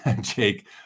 Jake